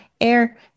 air